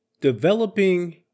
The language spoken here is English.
Developing